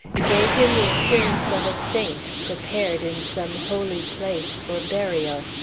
gave him the appearance of a saint prepared in some holy place for burial,